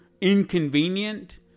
inconvenient